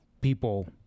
people